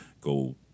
go